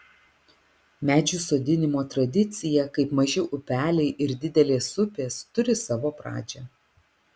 medžių sodinimo tradicija kaip maži upeliai ir didelės upės turi savo pradžią